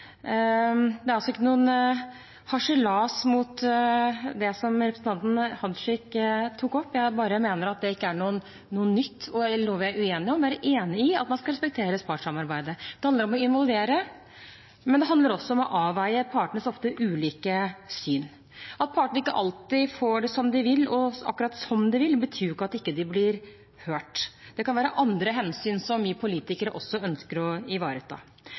Det er altså ikke noen harselas mot det som representanten Tajik tok opp. Jeg bare mener at det ikke er noe nytt eller noe vi er uenige om. Jeg er enig i at man skal respektere partssamarbeidet. Det handler om å involvere, men det handler også om å avveie partenes ofte ulike syn. At partene ikke alltid får det som de vil og akkurat som de vil, betyr jo ikke at de ikke blir hørt. Det kan være andre hensyn som vi politikere også ønsker å ivareta.